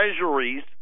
Treasuries